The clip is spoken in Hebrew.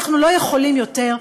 אנחנו לא יכולים יותר,